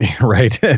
Right